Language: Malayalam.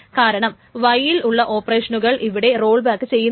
കാരണം y യിൽ ഉള്ള ഓപ്പറേഷനുകൾ ഇവിടെ റോൾ ബാക്ക് ചെയ്യുന്നില്ല